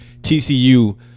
TCU